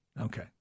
Okay